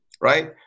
right